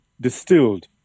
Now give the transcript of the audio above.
distilled